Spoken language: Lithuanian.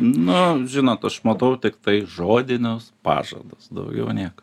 nu žinot aš matau tiktai žodinius pažadus daugiau nieko